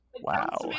wow